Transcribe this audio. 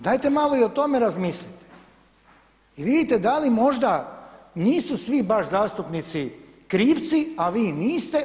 Dajte malo i o tome razmislite i vidite da li možda nisu svi baš zastupnici krivci, a vi niste.